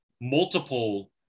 multiple